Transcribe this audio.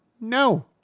No